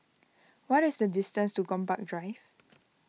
what is the distance to Gombak Drive